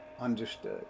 understood